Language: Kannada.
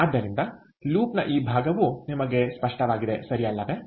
ಆದ್ದರಿಂದ ಲೂಪ್ನ ಈ ಭಾಗವು ನಿಮಗೆ ಸ್ಪಷ್ಟವಾಗಿದೆ ಸರಿ ಅಲ್ಲವೇ